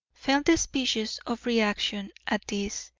felt a species of reaction at this,